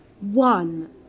one